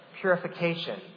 purification